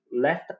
left